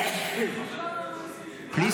חבר הכנסת קריב,